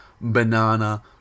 banana